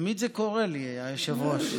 תמיד זה קורה לי, היושב-ראש.